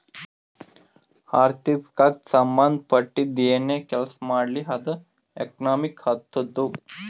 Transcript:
ಆರ್ಥಿಕಗ್ ಸಂಭಂದ ಪಟ್ಟಿದ್ದು ಏನೇ ಕೆಲಸಾ ಮಾಡ್ಲಿ ಅದು ಎಕನಾಮಿಕ್ ಆತ್ತುದ್